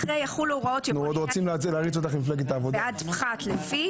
אחרי "יחולו הוראות" יבוא "לעניין ניכוי בעד פחת לפי",